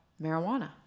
marijuana